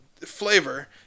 flavor